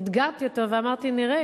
אתגרתי אותו ואמרתי: נראה,